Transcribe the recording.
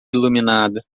iluminada